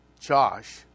Josh